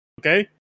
Okay